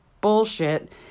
bullshit